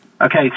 Okay